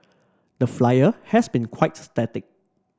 the flyer has been quite static